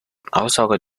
aussagen